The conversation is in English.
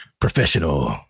professional